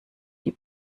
die